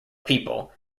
people